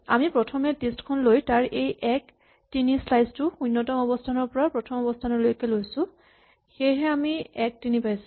আমি প্ৰথমে লিষ্ট খন লৈ তাৰ এই ১ ৩ স্লাইচ টো শূণ্যতম অৱস্হানৰ পৰা প্ৰথম অৱস্হানলৈকে লৈছো সেয়ে আমি ১ ৩ পাইছো